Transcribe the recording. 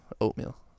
Oatmeal